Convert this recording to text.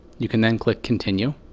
you can then click continue.